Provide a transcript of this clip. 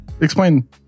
Explain